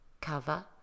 Cover